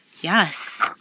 Yes